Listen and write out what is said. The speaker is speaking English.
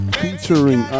featuring